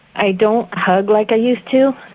i don't hug like i used to,